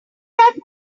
that